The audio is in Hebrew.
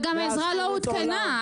וגם העזרה לא עודכנה,